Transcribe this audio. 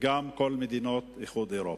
וגם כל מדינות האיחוד האירופי.